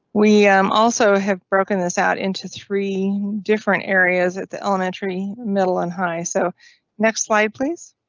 we um also have broken this out into three different areas at the elementary, middle and high. so next slide, please.